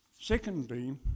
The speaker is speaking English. Secondly